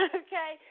okay